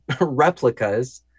replicas